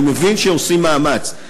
אני מבין שעושים מאמץ,